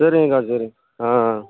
சரிங்கக்கா சரிங்க ஆ